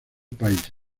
país